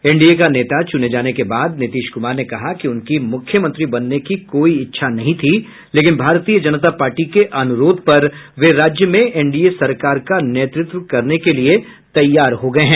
NDA का नेता चुने जाने के बाद नीतीश कुमार ने कहा कि उनकी मुख्यमंत्री बनने की कोई इच्छा नहीं थी लेकिन भारतीय जनता पार्टी के अनुरोध पर वे राज्य में एनडीए सरकार का नेतृत्व करने के लिये तैयार हो गये हैं